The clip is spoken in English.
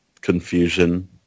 confusion